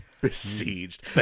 Besieged